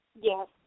Yes